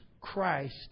Christ